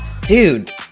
Dude